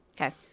Okay